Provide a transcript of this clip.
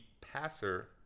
passer